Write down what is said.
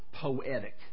poetic